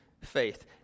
faith